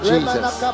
Jesus